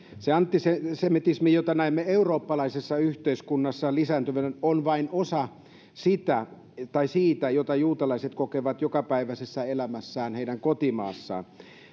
se antisemitismi jonka näemme eurooppalaisissa yhteiskunnissa lisääntyvän on vain osa siitä jota juutalaiset kokevat jokapäiväisessä elämässään heidän kotimaissaan